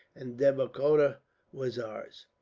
and devikota was ours.